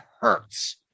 hurts